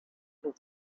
his